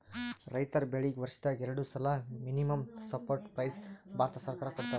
ರೈತರ್ ಬೆಳೀಗಿ ವರ್ಷದಾಗ್ ಎರಡು ಸಲಾ ಮಿನಿಮಂ ಸಪೋರ್ಟ್ ಪ್ರೈಸ್ ಭಾರತ ಸರ್ಕಾರ ಕೊಡ್ತದ